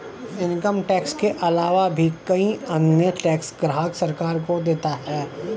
income tax के आलावा भी कई अन्य टैक्स ग्राहक सरकार को देता है